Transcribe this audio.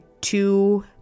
two